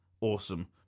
Awesome